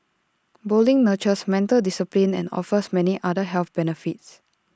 bowling nurtures mental discipline and offers many other health benefits